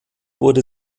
wurde